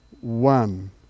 One